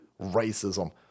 Racism